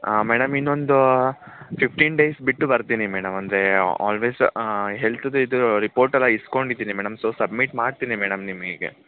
ಹಾಂ ಮೇಡಮ್ ಇನ್ನೊಂದು fifteen days ಬಿಟ್ಟು ಬರ್ತೀನಿ ಮೇಡಮ್ ಅಂದರೆ ಆಲ್ವೇಸ್ ಹೆಲ್ತಿಂದ್ ಇದು ರಿಪೋರ್ಟೆಲ್ಲ ಇಸ್ಕೊಂಡಿದ್ದೀನಿ ಮೇಡಮ್ ಸೊ ಸಬ್ಮಿಟ್ ಮಾಡ್ತೀನಿ ನಿಮಗೆ